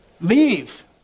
leave